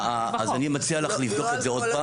אני מציע לך לבדוק את זה עוד פעם.